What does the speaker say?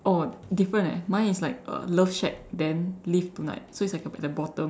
different eh mine is like uh love shack then live tonight so it's like at the bottom